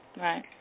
Right